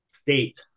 state